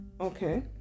Okay